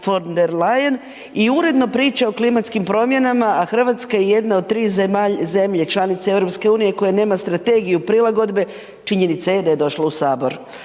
i uredno priča o klimatskim promjenama, a Hrvatska je jedna od 3 zemlje članice EU koje nema strategiju prilagodbe, činjenica je da je došla u Sabor.